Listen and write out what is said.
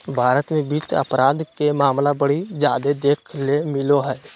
भारत मे वित्त अपराध के मामला बड़ी जादे देखे ले मिलो हय